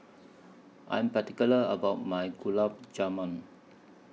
I Am particular about My Gulab Jamun